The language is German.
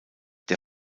der